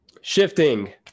shifting